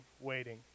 waiting